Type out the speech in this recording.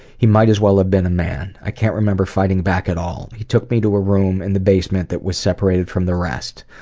he might as well have been a man. i can't remember fighting back at all. he took me to a room in the basement that was separated from the rest.